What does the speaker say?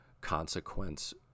consequence